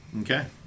Okay